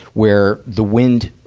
where the wind, ah,